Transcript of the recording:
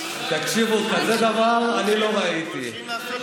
לא, לא בורחים.